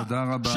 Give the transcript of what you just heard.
תודה רבה.